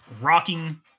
rocking